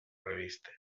revistes